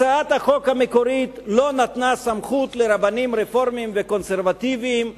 הצעת החוק המקורית לא נתנה סמכות לרבנים רפורמים וקונסרבטיבים לגייר.